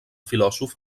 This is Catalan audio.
filòsof